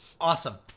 Awesome